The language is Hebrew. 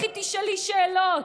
לכי תשאלי שאלות,